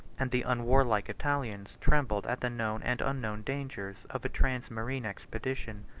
and the unwarlike italians trembled at the known and unknown dangers of a transmarine expedition.